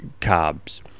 carbs